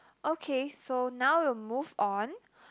okay so now we'll move on